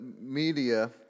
media